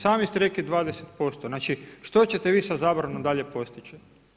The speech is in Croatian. Sami ste rekli 20%, znači što ćete vi sa zabranom dalje postići?